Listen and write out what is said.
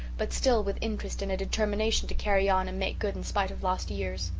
but still with interest, and a determination to carry on and make good in spite of lost years.